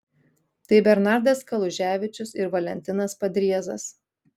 tai bernardas kaluževičius ir valentinas padriezas